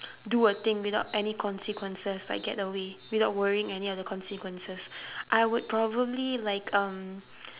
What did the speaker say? do a thing without any consequences I get away without worrying any other consequences I would probably like um